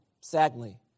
sadly